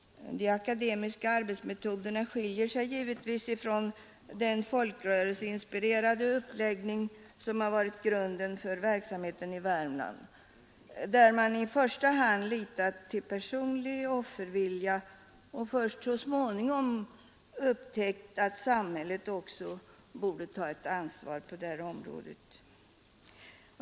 De akademiska arbetsmetoderna skiljer sig givetvis ifrån den folkrörelseinspirerade uppläggning som har varit grunden för verksamheten i Värmland, där man i första hand litat till personlig offervilja och först så småningom upptäckt att samhället också borde ta ett ansvar på detta område.